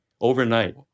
overnight